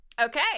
Okay